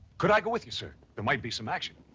could i go with you, sir? there might be some action!